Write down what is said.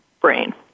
brain